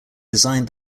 designed